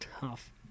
tough